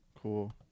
Cool